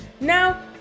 Now